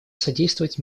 содействовать